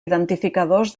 identificadors